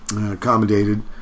accommodated